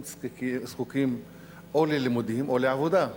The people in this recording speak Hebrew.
הם זקוקים ללימודים או לעבודה.